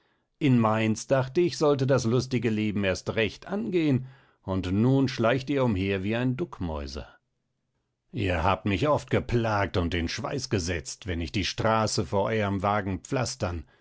in mainz dacht ich sollte das lustige leben erst recht angehen und nun schleicht ihr umher wie ein duckmäuser ihr habt mich oft geplagt und in schweiß gesetzt wenn ich die straße vor euerm wagen pflastern